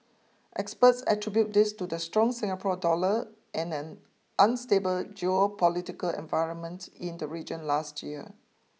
experts attribute this to the strong Singapore dollar and an unstable geopolitical environment in the region last year